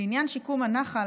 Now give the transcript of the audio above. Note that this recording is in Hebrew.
לעניין שיקום הנחל,